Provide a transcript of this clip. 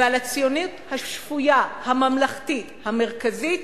ועל הציונות השפויה, הממלכתית, המרכזית,